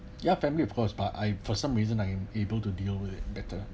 ya family of course but I for some reason I am able to deal with it better